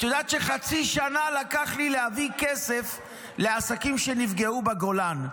את יודעת שחצי שנה לקח לי להביא כסף לעסקים שנפגעו בגולן,